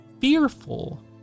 fearful